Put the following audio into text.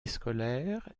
scolaire